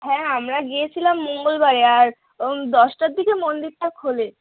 হ্যাঁ আমরা গিয়েছিলাম মঙ্গলবারে আর দশটার দিকে মন্দিরটা খোলে